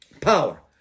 power